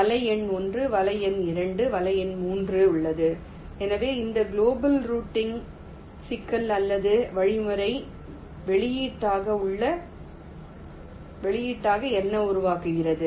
வலை எண் 1 வலை எண் 2 வலை எண் 3 உள்ளது எனவே இந்த குளோபல் ரூட்டிங் சிக்கல் அல்லது வழிமுறை வெளியீட்டாக என்ன உருவாக்குகிறது